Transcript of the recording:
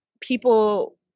people